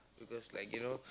here goes like it know